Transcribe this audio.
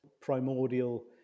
primordial